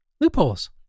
Loopholes